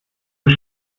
das